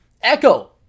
Echo